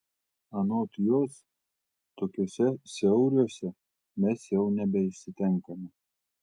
anot jos tokiuose siauriuose mes jau nebeišsitenkame